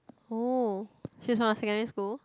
oh she's from your secondary school